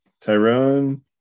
Tyrone